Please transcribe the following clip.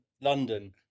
London